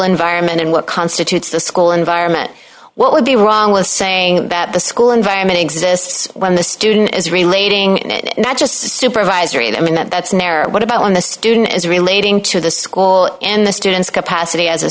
environment and what constitutes the school environment what would be wrong with saying that the school environment exists when the student is relating it not just a supervisor and i mean that's narrow what about when the student is relating to the school and the student's capacity as a